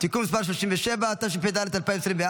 (תיקון מס' 37), התשפ"ד 2024,